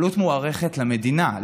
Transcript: עלות מוערכת למדינה,